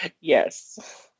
Yes